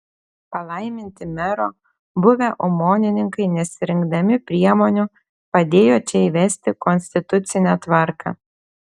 palaiminti mero buvę omonininkai nesirinkdami priemonių padėjo čia įvesti konstitucinę tvarką